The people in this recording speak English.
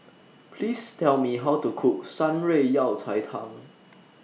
Please Tell Me How to Cook Shan Rui Yao Cai Tang